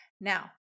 Now